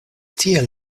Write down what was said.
tiel